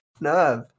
nerve